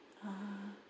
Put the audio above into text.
ah